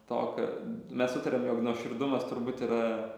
to kad mes sutarėm jog nuoširdumas turbūt yra